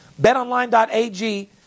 BetOnline.ag